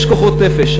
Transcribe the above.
יש כוחות נפש.